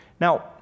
Now